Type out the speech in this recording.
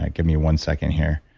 like give me one second here